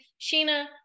Sheena